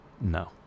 No